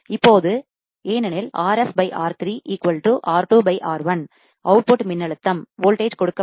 இப்போது ஏனெனில் Rf R3 R2 R1 வெளியீட்டு அவுட்புட் மின்னழுத்தம்வோல்டேஜ் கொடுக்கப்பட்டுள்ளது